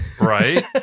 right